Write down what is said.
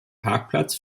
parkplatz